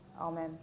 Amen